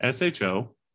SHO